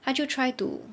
他就 try to